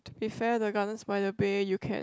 beside the garden-by-the-bay you can